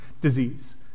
disease